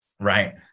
right